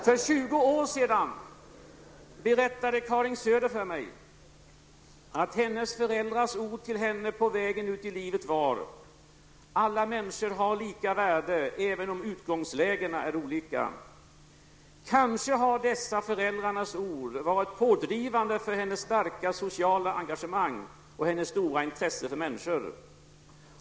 För 20 år sedan berättade Karin Söder för mig att hennes föräldrars ord till henne på vägen ut i livet var: alla människor har lika värde, även om utgångslägena är olika . Kanske har dessa föräldrarnas ord varit pådrivande för hennes starka sociala engagemang och hennes stora intresse för människor.